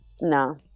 no